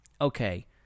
okay